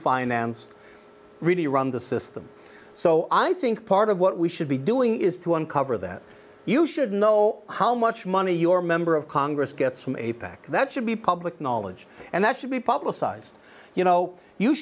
financed really run the system so i think part of what we should be doing is to uncover that you should know how much money your member of congress gets from a pac that should be public knowledge and that should be published ised you know you